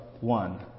one